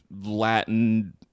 Latin